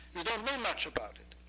we don't know much about it,